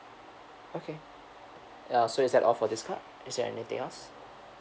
okay ya so is that all for this card is there anything else